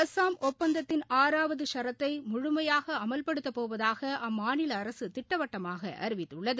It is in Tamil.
அஸ்ஸாம் ஒப்பந்தத்தின் ஆறாவது ஷரத்தை முழுமையாக அமல்படுத்தப்போவதாக அம்மாநில அரசு திட்டவட்டமாக அறிவித்துள்ளது